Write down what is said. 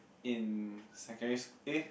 in secondary eh